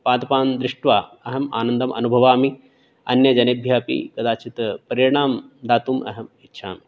पादपान् दृष्ट्वा अहम् आनन्दम् अनुभवामि अन्यः जनेभ्यः अपि कदाचित् प्रेरणां दातुं अहम् इच्छामि